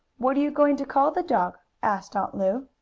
what are you going to call the dog? asked aunt lu.